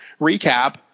recap